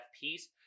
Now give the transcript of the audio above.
peace